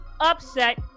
upset